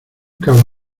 cabo